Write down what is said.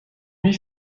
lui